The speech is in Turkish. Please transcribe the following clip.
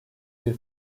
bir